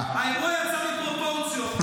האירוע יצא מפרופורציות,